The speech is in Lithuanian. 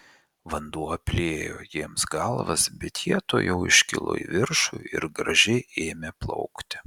vanduo apliejo jiems galvas bet jie tuojau iškilo į viršų ir gražiai ėmė plaukti